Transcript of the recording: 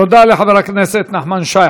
תודה לחבר הכנסת נחמן שי.